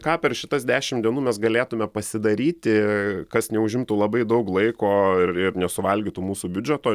ką per šitas dešim dienų mes galėtume pasidaryti kas neužimtų labai daug laiko ir ir nesuvalgytų mūsų biudžeto